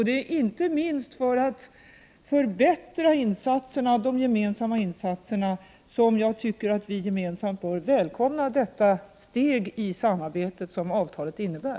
Det är inte minst för att förbättra de gemensamma insatserna som jag anser att vi gemensamt bör välkomna detta steg i samarbetet som avtalet innebär.